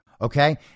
okay